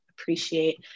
appreciate